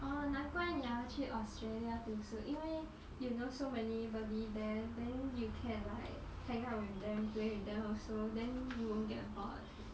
orh 难怪你要去 australia 读书因为 you know so many people there then you can like hang out with them play with them also then you won't get bored